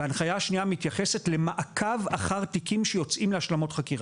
ההנחיה השנייה מתייחסת למעקב אחר תיקים שיוצאים להשלמות חקירה.